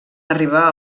arribar